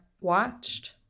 watched